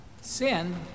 Sin